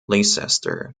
leicester